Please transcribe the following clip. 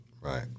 Right